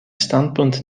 standpunt